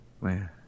Man